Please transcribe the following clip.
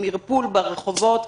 עם ערפול ברחובות.